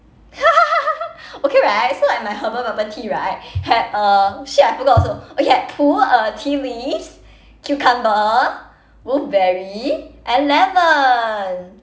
okay right so like my herbal bubble tea right had uh shit I forgot also okay I put uh tea leaves cucumber wolfberry and lemon